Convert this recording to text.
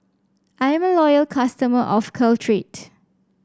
I'm a loyal customer of Caltrate